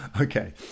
okay